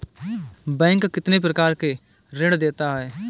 Bank कितने प्रकार के ऋण देता है?